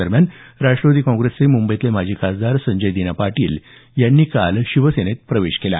दरम्यान राष्ट्रवादी काँग्रेसचे मुंबईतले माजी खासदार संजय दीना पाटील यांनी काल शिवसेनेत प्रवेश केला